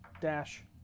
dash